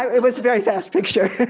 um it was a very fast picture.